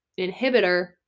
inhibitor